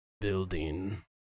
building